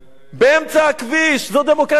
באמצע הכביש זו דמוקרטיה אגב,